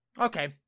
Okay